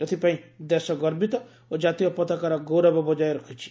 ଏଥିପାଇଁ ଦେଶ ଗର୍ବିତ ଓ ଜାତୀୟ ପତାକାର ଗୌରବ ବଜାୟ ରହିଛି